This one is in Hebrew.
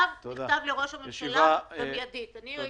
תודה, הישיבה נעולה.